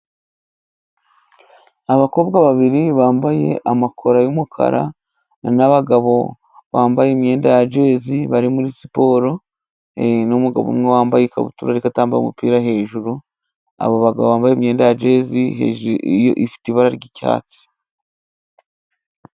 Abakobwa babiri bambaye amakora y'umukara, n'abagabo bambaye imyenda ya Jezi bari muri siporo, n'umugabo umwe wambaye ikabutura atambaye umupira hejuru, abo bagabo bambaye imyenda ya jezi hejuru, ifite ibara ry'icyatsi.